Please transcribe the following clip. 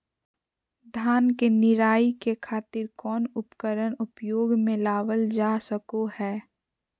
धान के निराई के खातिर कौन उपकरण उपयोग मे लावल जा सको हय?